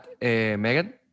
megan